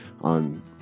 on